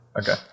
Okay